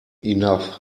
enough